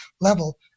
level